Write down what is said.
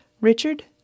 Richard